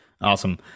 Awesome